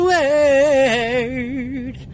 Word